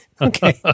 okay